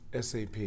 SAP